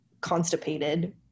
constipated